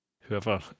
whoever